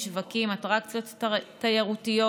שווקים, אטרקציות תיירותיות,